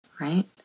Right